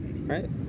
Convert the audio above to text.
right